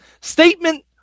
Statement